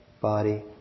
body